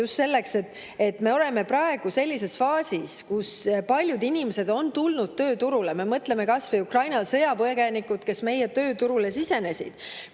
just seepärast, et me oleme praegu sellises faasis, kus paljud inimesed on tulnud tööturule. Mõtleme kas või Ukraina sõjapõgenikele, kes meie tööturule on sisenenud.